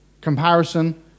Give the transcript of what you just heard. Comparison